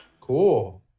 Cool